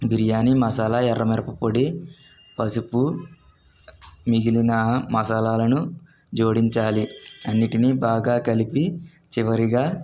బిర్యానీ మసాలా ఎర్ర మిరపపొడి పసుపు మిగిలిన మసాలాలను జోడించాలి అన్నిటినీ బాగా కలిపి చివరిగా